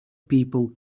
people